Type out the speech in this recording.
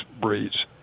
breeds